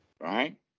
Right